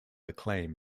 acclaim